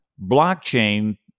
blockchain